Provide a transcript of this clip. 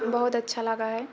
बहुत अच्छा लागै हइ